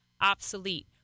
obsolete